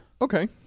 Okay